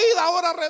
ahora